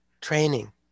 training